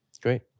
Great